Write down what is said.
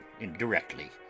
indirectly